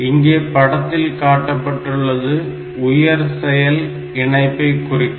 இங்கே படத்தில் காட்டப்பட்டுள்ளது உயர் செயல் இணைப்பை குறிக்கும்